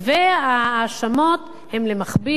וההאשמות הן למכביר,